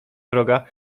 wroga